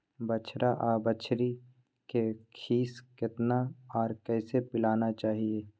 बछरा आर बछरी के खीस केतना आर कैसे पिलाना चाही?